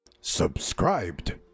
Subscribed